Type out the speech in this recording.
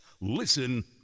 Listen